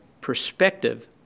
perspective